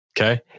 Okay